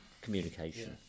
communication